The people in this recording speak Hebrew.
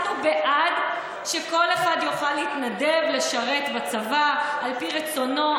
אנחנו בעד שכל אחד יוכל להתנדב לשרת בצבא על פי רצונו.